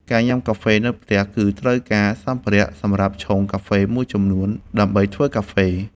ការញ៉ាំកាហ្វេនៅផ្ទះ គឺត្រូវការសម្ភារៈសម្រាប់ឆុងកាហ្វេមួយចំនួនដើម្បីធ្វើកាហ្វេ។